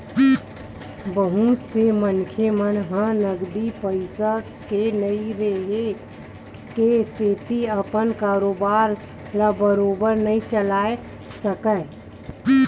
बहुत से मनखे मन ह नगदी पइसा के नइ रेहे के सेती अपन कारोबार ल बरोबर नइ चलाय सकय